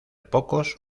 pocos